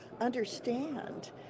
understand